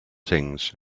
things